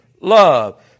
love